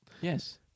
Yes